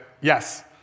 Yes